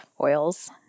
oils